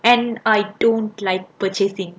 and I don't like purchasing